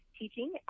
teaching